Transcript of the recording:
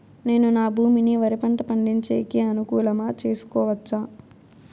నేను నా భూమిని వరి పంట పండించేకి అనుకూలమా చేసుకోవచ్చా?